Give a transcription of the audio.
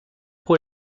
pour